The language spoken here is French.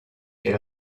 elle